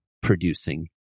producing